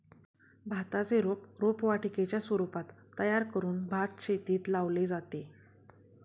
भाताचे रोप रोपवाटिकेच्या स्वरूपात तयार करून भातशेतीत लावले जाते